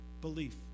belief